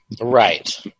Right